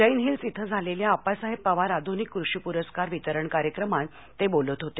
Jain Hills इथं झालेल्या आप्पासाहेब पवार आधुनिक कृषि पुरस्कार वितरण कार्यक्रमात ते बोलत होते